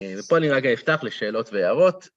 ופה אני רגע אפתח לשאלות והערות.